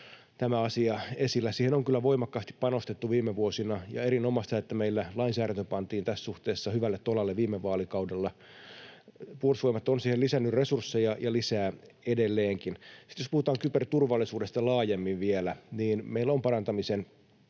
tämä asia esillä. Siihen on kyllä voimakkaasti panostettu viime vuosina, ja erinomaista, että meillä lainsäädäntö pantiin tässä suhteessa hyvälle tolalle viime vaalikaudella. Puolustusvoimat on siihen lisännyt resursseja ja lisää edelleenkin. Sitten jos puhutaan kyberturvallisuudesta laajemmin vielä, niin meillä on